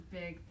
big